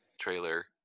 trailer